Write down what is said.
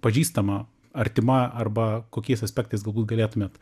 pažįstama artima arba kokiais aspektais galbūt galėtumėt